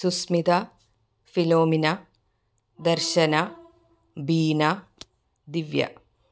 Sushmita Philomina Darshana Beena Divya